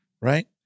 right